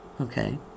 Okay